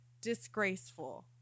disgraceful